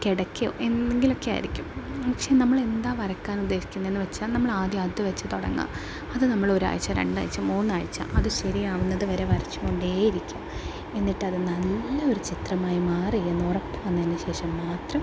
കിടക്കയോ എന്തെങ്കിലൊക്കെ ആയിരിക്കും പക്ഷേ നമ്മള് എന്താ വരക്കാനുദ്ദേശിക്കന്നതെന്ന് വെച്ചാൽ നമ്മളാദ്യം അത് വെച്ച് തുടങ്ങുക അത് നമ്മളൊരാഴ്ച് രണ്ടാഴ്ച് മൂന്നാഴ്ച്ച അത് ശരിയാകുന്നത് വരെ വരച്ച് കൊണ്ടേ ഇരിക്കുക എന്നിട്ടത് നല്ല ഒരു ചിത്രമായി മാറിയെന്ന് ഉറപ്പ് വന്നതിന് ശേഷം മാത്രം